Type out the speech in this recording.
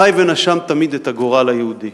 חי ונשם תמיד את הגורל היהודי.